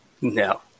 No